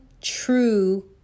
true